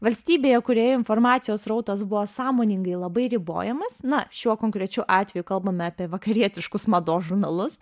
valstybėje kurioje informacijos srautas buvo sąmoningai labai ribojamas na šiuo konkrečiu atveju kalbame apie vakarietiškus mados žurnalus